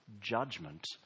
judgment